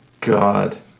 God